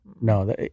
no